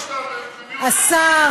השר,